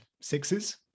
sixes